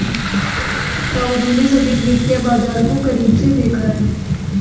ताऊजी ने सभी वित्तीय बाजार को करीब से देखा है